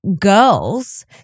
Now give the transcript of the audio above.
girls